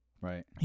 Right